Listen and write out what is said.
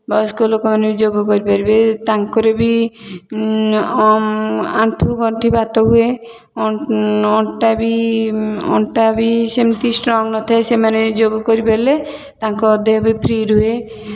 ବୟସ୍କ ଲୋକମାନେ ବି ଯୋଗ କରିପାରିବେ ତାଙ୍କର ବି ଆ ଆଣ୍ଠୁ ଗଣ୍ଠି ବାତ ହୁଏ ଅଣ୍ଟା ବି ଅଣ୍ଟା ବି ସେମିତି ଷ୍ଟ୍ରଙ୍ଗ ନଥାଏ ସେମାନେ ଯୋଗ କରିପାରିଲେ ତାଙ୍କ ଦେହ ବି ଫ୍ରି ରୁହେ